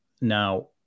Now